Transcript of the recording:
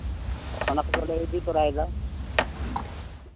ᱚᱱᱟ ᱠᱚᱫᱚᱞᱮ ᱤᱫᱤ ᱛᱟᱨᱟᱭᱮᱫᱟ